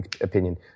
opinion